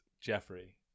Jeffrey